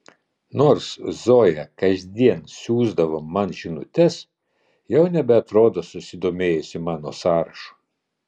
nors zoja kasdien siųsdavo man žinutes jau nebeatrodo susidomėjusi mano sąrašu